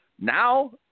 Now